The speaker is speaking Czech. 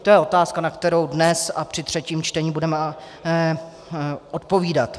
To je otázka, na kterou dnes a při třetím čtení budeme odpovídat.